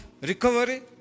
recovery